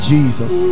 Jesus